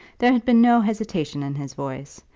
there had been no hesitation in his voice,